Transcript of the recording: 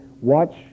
Watch